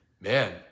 Man